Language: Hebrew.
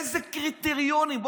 איזה קריטריונים?